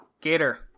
Gator